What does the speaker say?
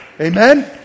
Amen